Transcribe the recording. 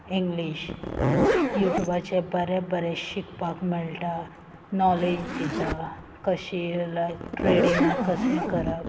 English युट्यूबाचें बरें बरें शिकपाक मेळटा नॉलेज दिता कशी लायक ट्रेडिंगा कशें करप